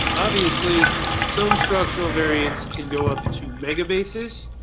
obviously some structural variants can go up to megabases,